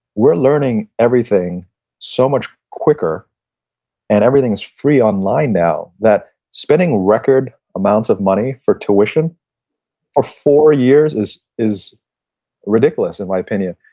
we're learning everything so much quicker and everything is free online now, that spending records amount of money for tuition ah four years is is ridiculous in my opinion.